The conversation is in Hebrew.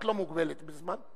את לא מוגבלת בזמן.